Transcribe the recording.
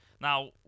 Now